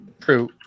True